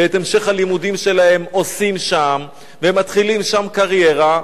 ואת המשך הלימודים שלהם עושים שם והם מתחילים שם קריירה.